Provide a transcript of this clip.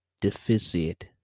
deficit